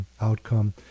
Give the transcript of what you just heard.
outcome